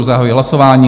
Zahajuji hlasování.